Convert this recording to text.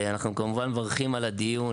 אנחנו כמובן מברכים על הדיון,